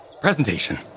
Presentation